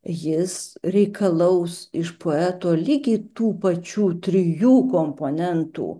jis reikalaus iš poeto lygiai tų pačių trijų komponentų